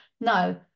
no